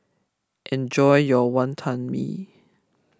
enjoy your Wonton Mee